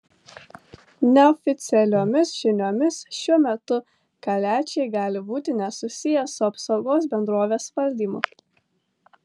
neoficialiomis žiniomis šiuo metu kaliačiai gali būti nesusiję su apsaugos bendrovės valdymu